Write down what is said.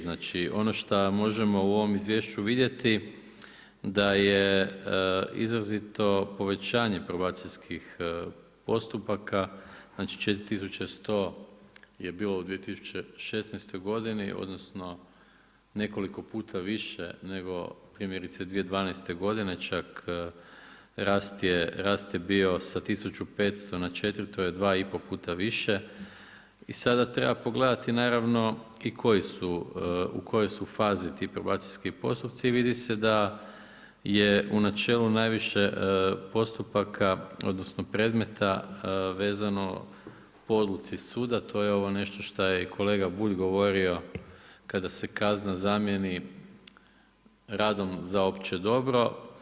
Znači ono šta možemo u ovom izvješću vidjeti da je izrazito povećanje probacijskih postupaka, znači 4100 je bilo u 2016. godini odnosno nekoliko puta više nego primjerice 2012. godine, čak rast je bio sa 1500 na 4000, to je dva i pol puta više i sada treba pogledati naravno u kojoj su fazi ti probacijski postupci i vidi se da je u načelu najviše postupaka odnosno predmeta vezano po odluci suda, to je ovo nešto šta je kolega Bulj govorio kada se kazna zamjeni radom za opće dobro.